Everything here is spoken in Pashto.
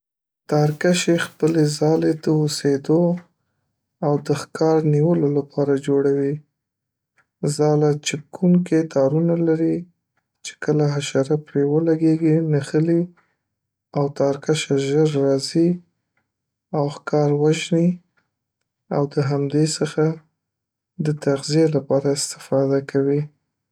.تارکشې خپلې ځالۍ د اوسېدو او د ښکار نیولو لپاره جوړوي ځاله چپکونکي تارونه لري چې کله حشره پرې ولګیږي، نښلي، او تارکشه ژر راځي او ښکارو ژني او د همدې څخه د تغذي لپاره استفاده کوي